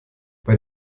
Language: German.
bei